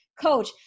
coach